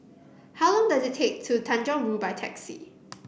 how long does it take to Tanjong Rhu by taxi